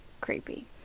creepy